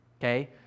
Okay